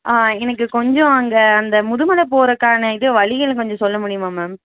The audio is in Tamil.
ஆ எனக்கு கொஞ்சம் அங்கே அந்த முதுமலை போகறக்கான இது வழிகள கொஞ்சம் சொல்ல முடியுமா மேம்